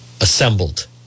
assembled